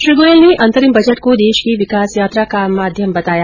श्री गोयल ने अंतरिम बजट को देश की विकास यात्रा का माध्यम बताया